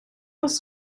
was